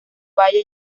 valle